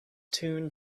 tune